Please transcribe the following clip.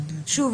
שוב,